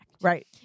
Right